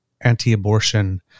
anti-abortion